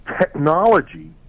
technology